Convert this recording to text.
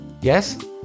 Yes